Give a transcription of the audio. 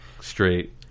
straight